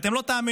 אתם לא תאמינו,